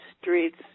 streets